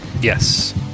Yes